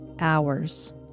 hours